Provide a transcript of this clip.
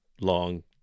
long